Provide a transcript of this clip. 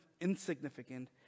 insignificant